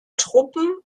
truppen